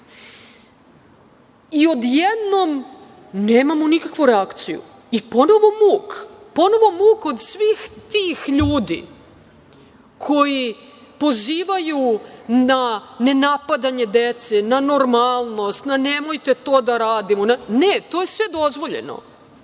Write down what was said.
tekst. Odjednom, nemamo nikakvu reakciju i ponovo muk od svih tih ljudi koji pozivaju na nenapadanje dece, na normalnost, na nemojte to da radimo. Ne, to je sve dozvoljeno.